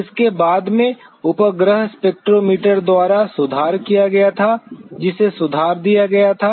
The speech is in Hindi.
इसे बाद में उपग्रह स्पेक्ट्रोमीटर द्वारा सुधार किया गया था जिसे सुधार दिया गया था